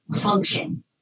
function